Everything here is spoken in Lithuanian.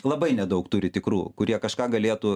labai nedaug turi tikrų kurie kažką galėtų